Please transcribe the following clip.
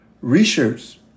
Research